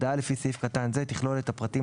הודעה לפי סעיף קטן זה תכלול את הפרטים